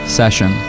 session